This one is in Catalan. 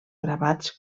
gravats